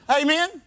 Amen